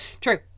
True